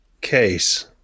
case